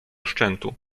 szczętu